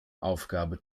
aufgabe